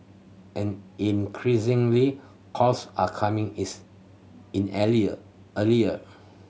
and increasingly calls are coming is in earlier